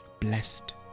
Blessed